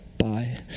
Bye